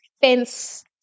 fence